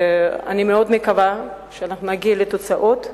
אני מקווה שנגיע לתוצאות,